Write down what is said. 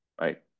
right